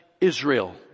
Israel